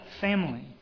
family